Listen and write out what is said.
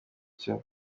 cyo